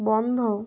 বন্ধ